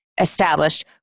established